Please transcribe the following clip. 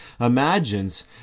imagines